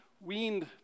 weaned